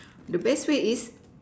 the best way is